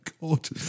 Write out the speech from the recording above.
God